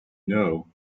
know